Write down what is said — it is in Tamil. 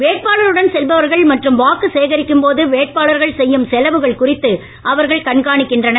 வேட்பாளருடன் செல்பவர்கள் மற்றும் வாக்கு சேகரிக்கும் போது வேட்பாளர்கள் செய்யும் செலவுகள் குறித்து அவர்கள் கண்காணிக்கின்றனர்